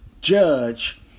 judge